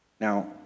Now